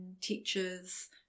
teachers